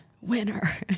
winner